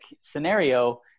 scenario